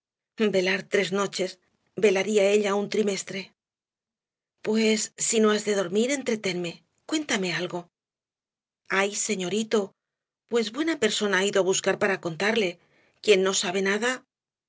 minutos velar tres noches velaría ella un trimestre pues si no has de dormir entretenme cuéntame algo ay señorito pues buena persona ha ido á buscar para contarle quien no sabe nada